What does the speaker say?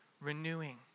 renewing